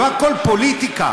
לא הכול פוליטיקה,